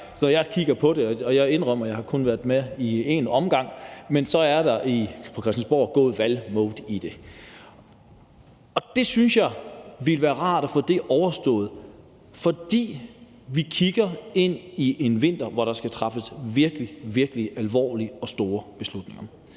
som jeg kigger på det – og jeg indrømmer, at jeg kun har været med i én omgang – sådan, at Christiansborg er gået i valgmode. Det synes jeg ville være rart at få overstået, fordi vi kigger ind i en vinter, hvor der skal træffes virkelig, virkelig alvorlige og store beslutninger.